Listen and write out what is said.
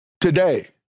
today